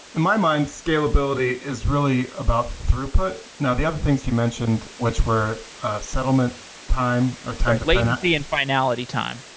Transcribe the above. in my mind, scalability is really about throughput. now, the other things you mentioned which were settlement time ah time latency and finality time.